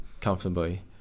comfortably